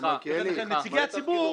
נציגי הציבור